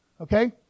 Okay